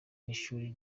n’ishuri